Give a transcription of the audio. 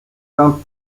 saint